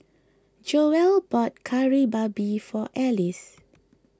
Joell bought Kari Babi for Elise